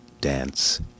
dance